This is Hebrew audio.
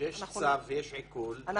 כשיש צו ויש עיקול,